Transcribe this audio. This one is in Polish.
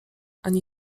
ani